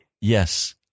Yes